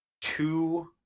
two